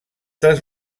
tres